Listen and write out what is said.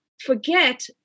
forget